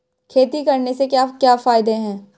खेती करने से क्या क्या फायदे हैं?